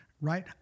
Right